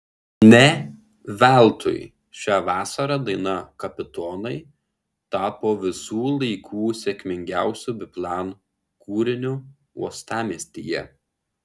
ne veltui šią vasarą daina kapitonai tapo visų laikų sėkmingiausiu biplan kūriniu uostamiestyje